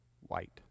white